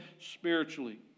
spiritually